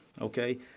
okay